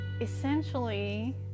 essentially